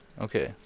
okay